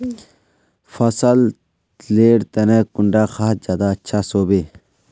फसल लेर तने कुंडा खाद ज्यादा अच्छा सोबे?